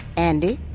andi,